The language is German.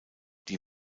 die